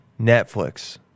Netflix